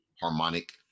harmonic